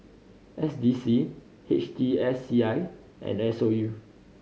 S D C H T S C I and S O U